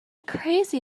crazy